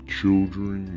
children